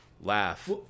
Laugh